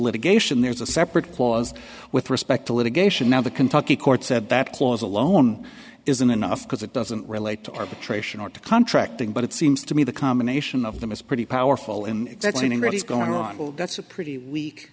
litigation there's a separate clause with respect to litigation now the kentucky court said that clause alone isn't enough because it doesn't relate to arbitration or to contracting but it seems to me the combination of them is pretty powerful in exactly readies going wrong that's a pretty weak